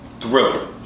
Thriller